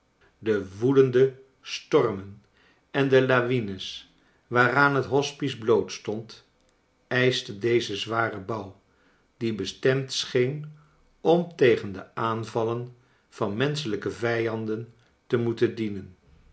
de woedende stormen en de lawines waaraan het hospice blootstond eischten clezen z waren bouw die bestemd scheen om tegen de aanvallen van menschelijke vijanden te mceten dienen